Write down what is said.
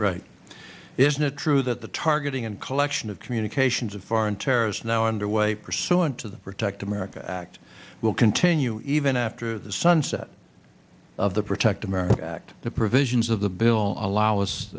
right isn't it true that the targeting and collection of communications of foreign terrorists now underway pursuant to the protect america act will continue even after the sunset of the protect america act the provisions of the bill allow